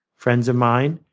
friends of mine.